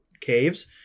caves